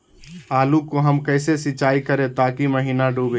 आलू को हम कैसे सिंचाई करे ताकी महिना डूबे?